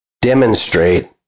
demonstrate